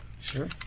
sure